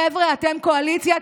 חבר'ה, אתם קואליציה?